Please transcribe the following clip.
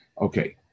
Okay